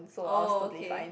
oh okay